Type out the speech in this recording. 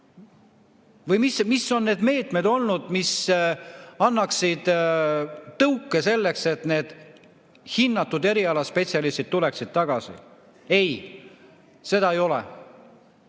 Või mis on need meetmed olnud, mis annaksid tõuke selleks, et need hinnatud erialaspetsialistid tuleksid tagasi? Ei, seda ei ole.